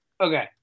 Okay